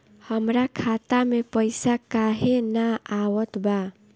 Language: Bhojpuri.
हमरा खाता में पइसा काहे ना आवत बा?